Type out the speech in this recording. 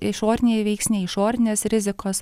išoriniai veiksniai išorinės rizikos